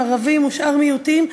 ערבים ושאר מיעוטים,